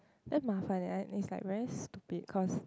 damn 麻烦 leh and is like very stupid cause